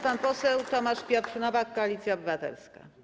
Pan poseł Tomasz Piotr Nowak, Koalicja Obywatelska.